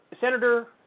Senator